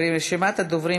רשימת הדוברים